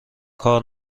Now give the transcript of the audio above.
کار